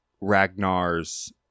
Ragnar's